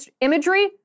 imagery